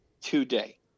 today